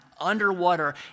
underwater